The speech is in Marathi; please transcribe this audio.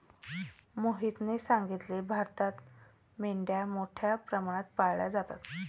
मोहितने सांगितले, भारतात मेंढ्या मोठ्या प्रमाणात पाळल्या जातात